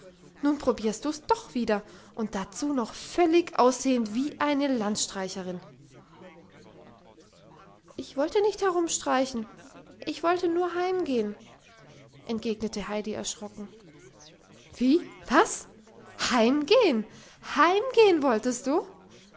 nun probierst du's doch wieder und dazu noch völlig aussehend wie eine landstreicherin ich wollte nicht herumstreichen ich wollte nur heimgehen entgegnete heidi erschrocken wie was heimgehen heimgehen wolltest du